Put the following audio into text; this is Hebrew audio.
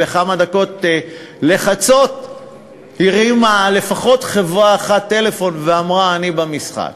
בכמה דקות לחצות הרימה לפחות חברה אחת טלפון ואמרה: אני במשחק.